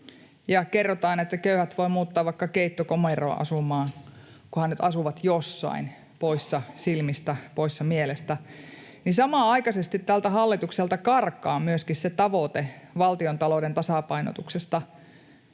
kerrotaan, että köyhät voivat muuttaa vaikka keittokomeroon asumaan, kunhan nyt asuvat jossain poissa silmistä ja poissa mielestä, samanaikaisesti tältä hallitukselta karkaa myöskin se tavoite valtiontalouden tasapainotuksesta.